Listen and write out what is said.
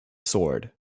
sword